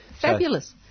fabulous